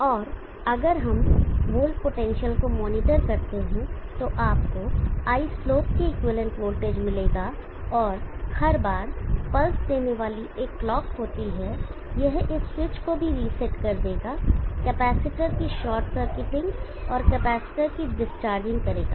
और अगर हम यहां वोल्ट पोटेंशियल को मॉनिटर करते हैं तो आपको I slope के इक्विवेलेंट वोल्टेज मिलेगा और हर बार पल्स देने वाली एक क्लॉक होती है यह इस स्विच को भी रीसेट कर देगा कैपेसिटर की शॉर्ट सरकटिंग और कैपेसिटर की डिसचार्जिंग करेगा